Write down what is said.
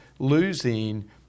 losing